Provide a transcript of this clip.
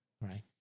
right